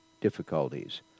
difficulties